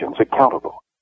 accountable